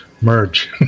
merge